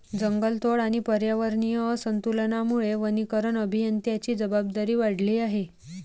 जंगलतोड आणि पर्यावरणीय असंतुलनामुळे वनीकरण अभियंत्यांची जबाबदारी वाढली आहे